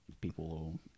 people